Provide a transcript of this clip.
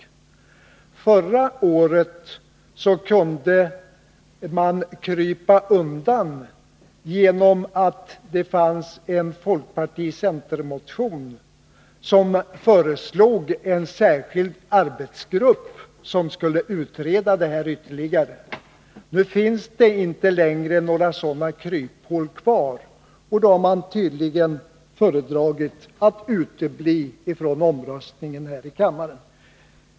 Förra året kunde man krypa undan genom att det fanns en folkparticenter-motion som föreslog att en särskild arbetsgrupp skulle utreda frågan ytterligare. Nu finns det inte längre några sådana kryphål kvar, och då har man tydligen föredragit att utebli från omröstningen här i kammaren.